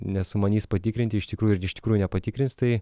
nesumanys patikrinti iš tikrųjų ir iš tikrųjų patikrins tai